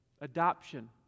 Adoption